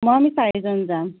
মই আমি চাৰিজন যাম